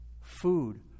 Food